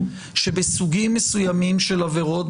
שבסוגים מסוימים של עבירות,